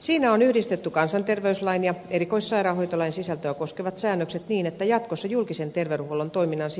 siinä on yhdistetty kansanterveyslain ja erikoissairaanhoitolain sisältöä koskevat säännökset niin että jatkossa julkisen terveydenhuollon toiminnan